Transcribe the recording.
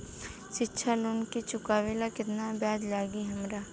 शिक्षा लोन के चुकावेला केतना ब्याज लागि हमरा?